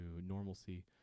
normalcy